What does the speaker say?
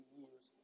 years